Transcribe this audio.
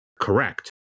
correct